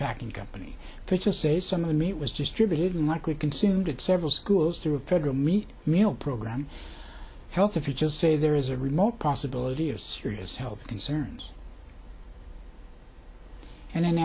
say some of the meat was distributed likely consumed at several schools through a federal meat mail program health if you just say there is a remote possibility of serious health concerns and in